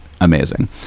amazing